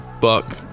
buck